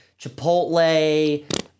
chipotle